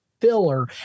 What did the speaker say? filler